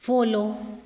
follow